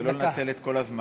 ולא לנצל את כל הזמן.